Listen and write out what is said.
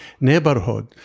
neighborhood